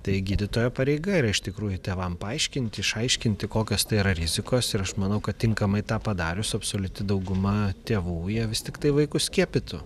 tai gydytojo pareiga yra iš tikrųjų tėvam paaiškinti išaiškinti kokios tai yra rizikos ir aš manau kad tinkamai tą padarius absoliuti dauguma tėvų jie vis tiktai vaikus skiepytų